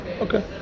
Okay